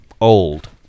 old